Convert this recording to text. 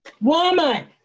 Woman